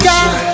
God